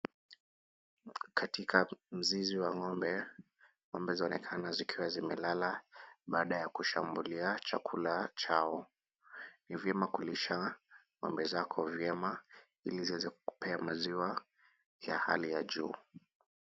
Katika mzizi wa ng'ombe, ng'ombe zaonekana kuwa zimelala baada ya kushambulia chakula chao. Ni vyema kulisha ng'ombe zako vyema ili ziweze kukupea maziwa ya hali ya juu.